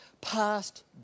passed